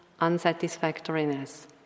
unsatisfactoriness